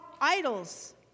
idols